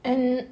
and